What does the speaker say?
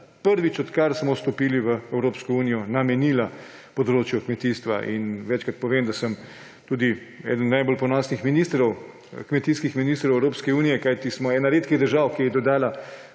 prvič odkar smo vstopili v Evropsko unijo, namenila področju kmetijstva. Večkrat povem, da sem eden najbolj ponosnih kmetijskih ministrov Evropske unije, kajti smo ena redkih držav, ki je dodala